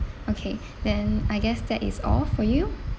okay then I guess that is all for you